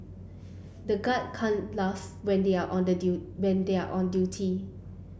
the guards can't laugh when they are on the when they are on duty